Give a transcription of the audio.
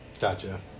Gotcha